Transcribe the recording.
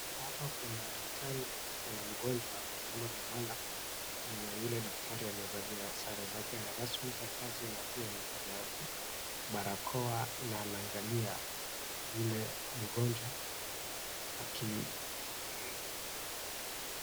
Hapa kuna daktari na kuna mgonjwa ambaye kwamba amelala, na yule daktari amevalia sare zake rasmi za kazi na pia amevalia barakoa na anaangalia yule mgonjwa aki.